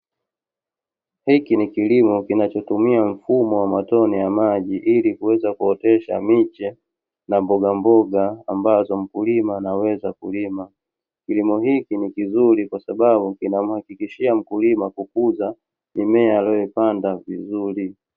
Hiki ni kilimo kinachotumia mfumo wa matone ya maji, ili kuweza kuotesha miche na mbogamboga ambazo mkulima anaweza kulima. Kilimo hiki ni kizuri kwa sababu kinamuhakikishia mkulima kukuza mimea aliyoipanda vizuri.